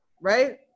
Right